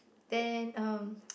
then um